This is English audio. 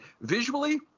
visually